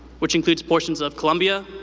which includes portions of columbia,